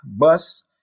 bus